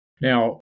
Now